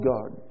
God